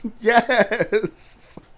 Yes